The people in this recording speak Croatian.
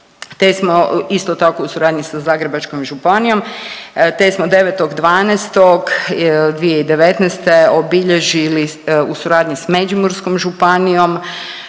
te smo isto tako u suradnji sa Zagrebačkom županijom te smo 9.12.2019. obilježili u suradnji s Međimurskom županijom